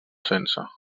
sense